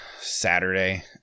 Saturday